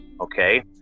okay